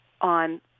on